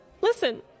Listen